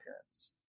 appearance